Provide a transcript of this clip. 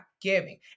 giving